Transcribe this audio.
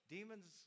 Demons